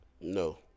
No